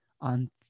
on